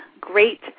great